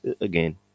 again